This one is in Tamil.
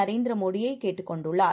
நரேந்திரமோடியைக்கேட்டுக்கொண்டுள்ளார்